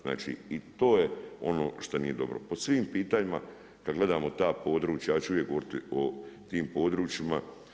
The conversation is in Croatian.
Znači, i to je ono što nije dobro po svim pitanjima kada gledamo ta područja, ja ću uvijek govoriti o tim područjima.